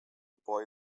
boy